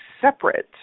separate